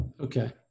Okay